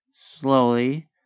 slowly